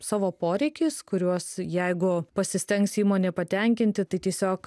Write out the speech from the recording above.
savo poreikiais kuriuos jeigu pasistengs įmonė patenkinti tai tiesiog